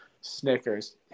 Snickers